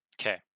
Okay